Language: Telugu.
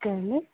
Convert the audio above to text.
ఓకే అండి